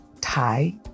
Thai